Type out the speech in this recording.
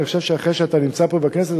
אני חושב שאחרי שאתה נמצא פה בכנסת,